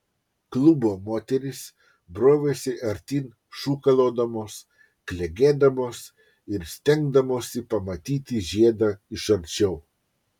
klubo moterys brovėsi artyn šūkalodamos klegėdamos ir stengdamosi pamatyti žiedą iš arčiau